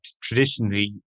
traditionally